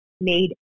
made